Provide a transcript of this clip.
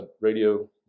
radio